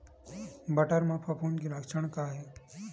बटर म फफूंद के लक्षण का हे?